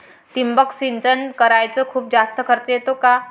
ठिबक सिंचन कराच खूप जास्त खर्च येतो का?